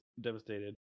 devastated